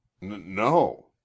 No